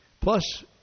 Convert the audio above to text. Plus